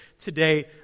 today